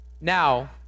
Now